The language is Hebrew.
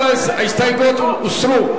כל ההסתייגויות הוסרו.